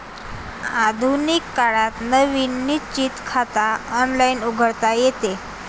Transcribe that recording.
आधुनिक काळात नवीन निश्चित खाते ऑनलाइन उघडता येते